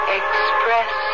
express